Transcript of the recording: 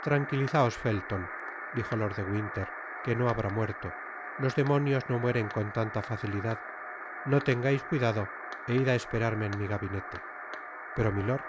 tranquilizaos felton dijo lord de winter que no habrá muerto los demonios no mueren con tanta facilidad no tengais cuidado é id á esperarme en mi gabinete pero milord